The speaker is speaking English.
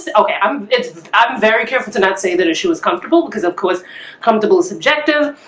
so yeah um it's very careful to not say that if she was comfortable because of course comfortable subjective.